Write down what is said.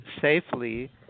safely